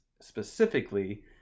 specifically